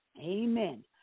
amen